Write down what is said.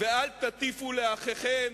ואל תטיפו לאחיכם.